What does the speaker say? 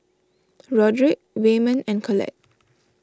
Roderick Wayman and Collette